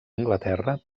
anglaterra